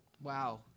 Wow